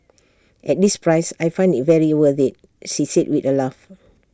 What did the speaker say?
at this price I find IT very worth IT she said with A laugh